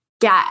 get